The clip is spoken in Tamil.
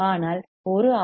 ஆனால் ஒரு ஆர்